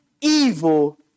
evil